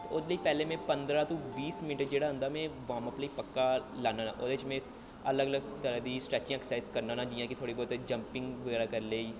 ते ओह्दे लेई पैह्लें में पंदरां टू बीस मिन्ट जेह्ड़ा होंदा में वार्मअप लेई पक्का लान्ना ओह्दे च में अलग अलग तरह् दी स्टैचिंग ऐक्सरसाइज करना होन्ना जियां कि थोह्ड़ी बौह्त जंपिंग बगैरा करी लेई